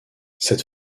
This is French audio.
cette